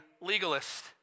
legalist